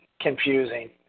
confusing